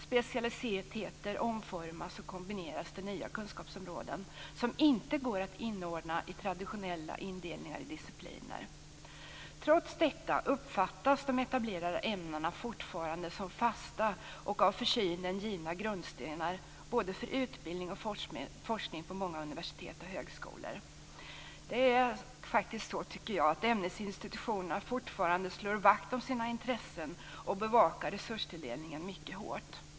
Specialiteter omformas och kombineras till nya kunskapsområden, som inte går att inordna i traditionella indelningar i discipliner. Trots detta uppfattas de etablerade ämnena fortfarande som fasta och av försynen givna grundstenar för både utbildning och forskning på många universitet och högskolor. Ämnesinstitutionerna slår fortfarande vakt om sina intressen och bevakar resurstilldelningen mycket hårt.